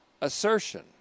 assertion